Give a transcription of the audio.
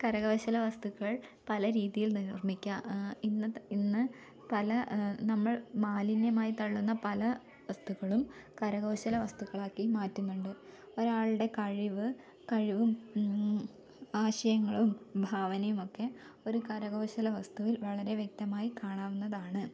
കരകൗശലവസ്തുക്കൾ പല രീതിയിൽ നിർമ്മിക്കാൻ ഇന്നത്തെ ഇന്ന് പല നമ്മൾ മാലിന്യമായി തള്ളുന്ന പല വസ്തുക്കളും കരകൗശലവസ്തുക്കളാക്കി മാറ്റുന്നുണ്ട് ഒരാളുടെ കഴിവ് കഴിവും ആശയങ്ങളും ഭാവനയുമൊക്കെ ഒരു കരകൗശലവസ്തുവിൽ വളരെ വ്യക്തമായി കാണാവുന്നതാണ്